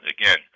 again